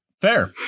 Fair